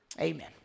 Amen